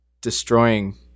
destroying